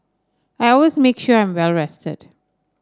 I always make sure I am well rested